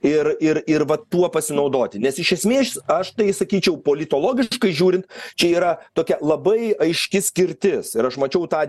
ir ir ir va tuo pasinaudoti nes iš esmės aš tai sakyčiau politologiškai žiūrint čia yra tokia labai aiški skirtis ir aš mačiau tą